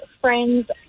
friend's